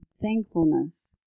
thankfulness